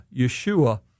Yeshua